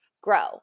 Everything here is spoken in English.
grow